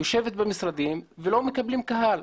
יושבת במשרדים ולא מקבלת קהל.